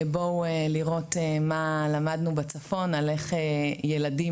בואו לראות מה למדנו בצפון על איך ילדים